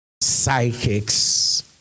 psychics